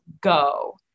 go